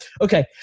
okay